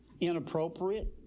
inappropriate